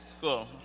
Cool